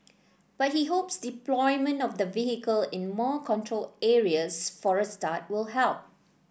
but he hopes deployment of the vehicle in more controlled areas for a start will help